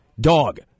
Dog